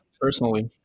personally